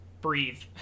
breathe